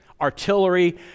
artillery